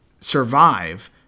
survive